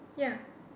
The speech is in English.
ya